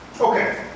Okay